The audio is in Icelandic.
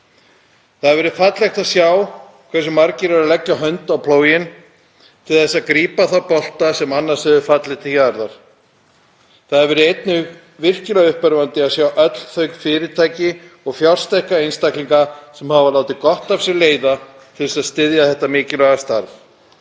Það hefur verið fallegt að sjá hversu margir eru að leggja hönd á plóginn til þess að grípa þá bolta sem annars hefðu fallið til jarðar. Það hefur einnig verið virkilega uppörvandi að sjá öll þau fyrirtæki og þá fjársterku einstaklinga sem hafa látið gott af sér leiða til að styðja þetta mikilvæga starf.